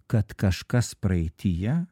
kad kažkas praeityje